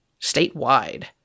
statewide